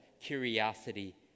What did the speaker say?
curiosity